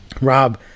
Rob